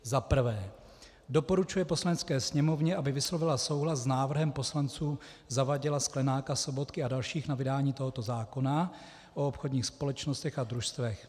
I. doporučuje Poslanecké sněmovně, aby vyslovila souhlas s návrhem poslanců Zavadila, Sklenáka, Sobotky a dalších na vydání tohoto zákona o obchodních společnostech a družstvech;